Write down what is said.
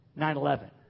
9-11